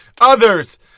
Others